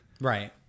Right